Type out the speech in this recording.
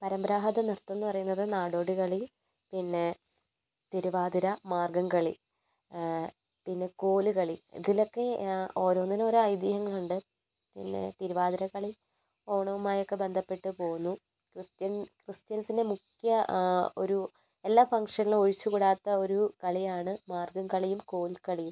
പരമ്പരാഗത നൃത്തം എന്നു പറയുന്നത് നാടോടികളി പിന്നെ തിരുവാതിര മാർഗ്ഗംകളി പിന്നെ കോലുകളി ഇതിലൊക്കെ ഓരോന്നിനും ഓരോ ഐതിഹ്യങ്ങളുണ്ട് പിന്നെ തിരുവാതിരക്കളി ഓണവുമായൊക്കെ ബന്ധപ്പെട്ട് പോകുന്നു ക്രിസ്ത്യൻ ക്രിസ്ത്യൻസിൻ്റെ മിക്ക ഒരു എല്ലാ ഫംഗ്ഷനിലും ഒഴിച്ചുകൂടാത്ത ഒരു കളിയാണ് മാർഗ്ഗംകളിയും കോൽക്കളിയും